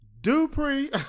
Dupree